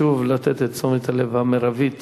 חשוב לתת את תשומת הלב המרבית